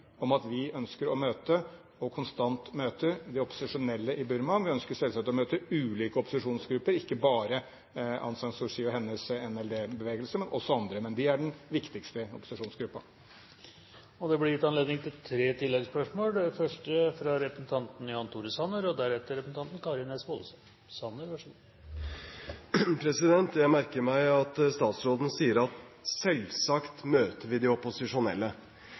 om at vi ønsker å møte – og konstant møter – de opposisjonelle i Burma. Men vi ønsker selvsagt å møte ulike opposisjonsgrupper, ikke bare Aung San Suu Kyi og hennes NLD-bevegelse, men det er den viktigste opposisjonsgruppen. Det blir tre oppfølgingsspørsmål – først Jan Tore Sanner. Jeg merker meg at statsråden sier at de selvsagt møter de opposisjonelle. Det står i veldig sterk kontrast til hvordan statsråden har håndtert f.eks. Cuba. Til tross for at ledende opposisjonelle